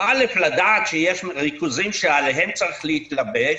א', לדעת שיש ריכוזים שעליהם צריך להתלבש.